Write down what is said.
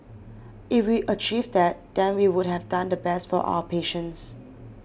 if we achieve that then we would have done the best for our patients